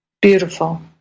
Beautiful